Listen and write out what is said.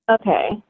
Okay